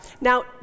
now